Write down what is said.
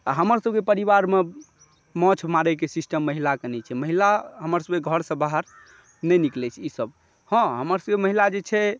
आ हमरसभकेँ परिवारमऽ माछ मारयके सिस्टम महिलाकेँ नहि छै महिला हमर सभके घरसँ बाहर नहि निकलैत छै ईसभ हँ हमर सभकेँ महिला जे छै